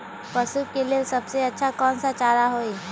पशु के लेल सबसे अच्छा कौन सा चारा होई?